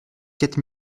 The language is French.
quatre